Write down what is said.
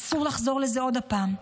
אסור לחזור לזה עוד פעם.